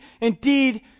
Indeed